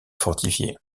fortifié